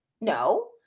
no